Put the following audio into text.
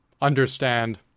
understand